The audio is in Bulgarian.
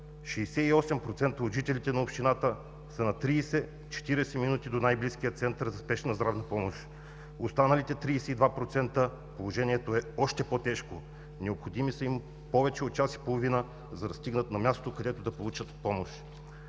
от жителите на общината са на 30 – 40 минути до най-близкия център за спешна здравна помощ. Останалите 32% – положението е още по-тежко. Необходими са им повече от час и половина, за да стигнат на място, където да получат помощ.